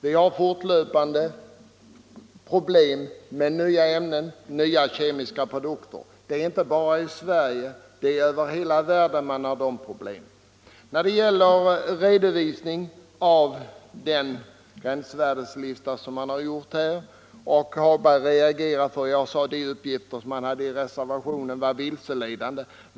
Vi har ständigt problem med nya ämnen, nya kemiska produkter. De problemen har vi inte bara i Sverige utan dem har man över hela världen. Jag sade att uppgifterna i reservationen beträffande redovisningen av gränsvärdeslistan är vilseledande, vilket herr Hagberg reagerade mot.